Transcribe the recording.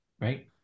right